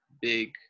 big